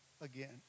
again